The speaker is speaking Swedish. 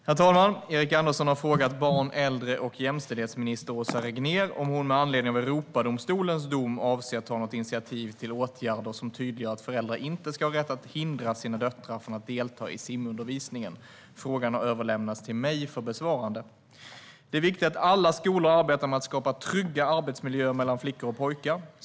Herr talman! Erik Andersson har frågat barn-, äldre och jämställdhetsminister Åsa Regnér om hon med anledning av Europadomstolens dom avser att ta något initiativ till åtgärder som tydliggör att föräldrar inte ska ha rätt att hindra sina döttrar från att delta i simundervisningen. Frågan har överlämnats till mig för besvarande. Det är viktigt att alla skolor arbetar med att skapa trygga arbetsmiljöer mellan flickor och pojkar.